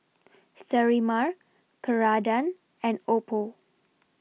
Sterimar Ceradan and Oppo